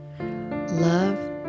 Love